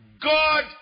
God